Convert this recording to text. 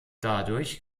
dadurch